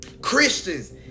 Christians